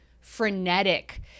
frenetic